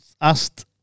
asked